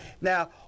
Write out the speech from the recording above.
Now